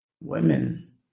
women